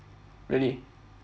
really